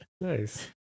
nice